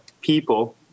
people